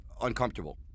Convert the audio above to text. uncomfortable